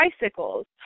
bicycles